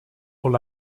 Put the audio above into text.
all